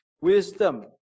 wisdom